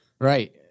Right